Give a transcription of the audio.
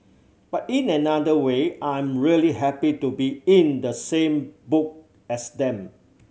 but in another way I'm really happy to be in the same book as them